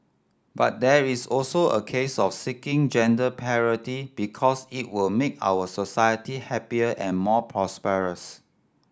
but there is also a case of seeking gender parity because it will make our society happier and more prosperous